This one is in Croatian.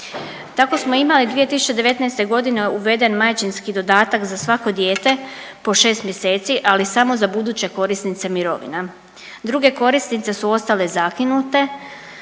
Tako smo imali 2019.g. uveden majčinski dodatak za svako dijete po 6 mjeseci, ali samo za buduće korisnice mirovina, druge korisnice su ostale zakinute,